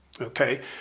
Okay